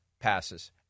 passes